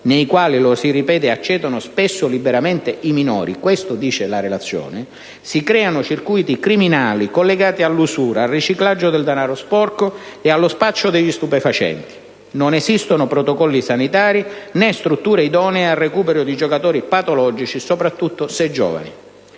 nei quali accedono spesso liberamente i minori, si creano circuiti criminali, collegati all'usura, al riciclaggio del danaro sporco e allo spaccio degli stupefacenti; non esistono protocolli sanitari, né strutture idonee al recupero di giocatori patologici, specie giovani».